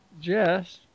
Jess